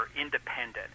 independent